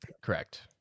Correct